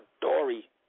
dory